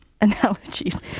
analogies